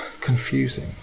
confusing